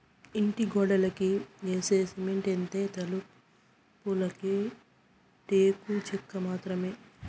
ఇంటి గోడలకి యేసే సిమెంటైతే, తలుపులకి టేకు చెక్క మాత్రమే